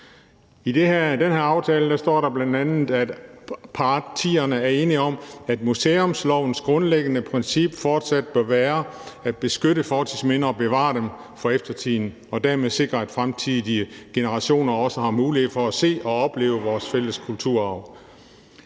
I den her aftale står der bl.a., at partierne er enige om, at museumslovens grundlæggende princip fortsat bør være at beskytte fortidsminder og bevare dem for eftertiden og dermed sikre, at fremtidige generationer også har mulighed for at se og opleve vores fælles kulturarv.